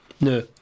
No